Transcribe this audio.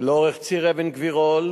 לאורך ציר אבן-גבירול,